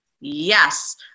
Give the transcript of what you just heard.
yes